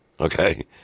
okay